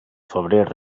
febrer